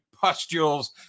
pustules